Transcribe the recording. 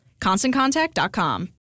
ConstantContact.com